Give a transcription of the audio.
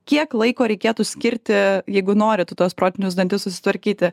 kiek laiko reikėtų skirti jeigu nori tu tuos protinius dantis susitvarkyti